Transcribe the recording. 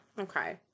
Okay